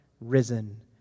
risen